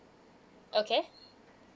okay